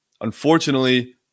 Unfortunately